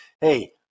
hey